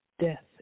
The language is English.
death